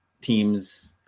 teams –